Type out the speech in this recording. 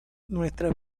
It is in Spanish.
nuestras